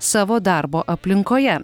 savo darbo aplinkoje